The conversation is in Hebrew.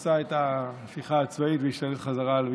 עשה את ההפיכה הצבאית והשתלט בחזרה על מצרים.